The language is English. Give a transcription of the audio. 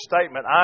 statement